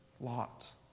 Lot